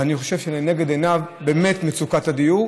ואני חושב שלנגד עיניו באמת עומדת מצוקת הדיור.